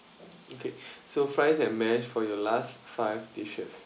okay so fries at mash for your last five dishes